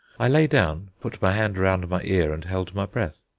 i lay down, put my hand round my ear and held my breath.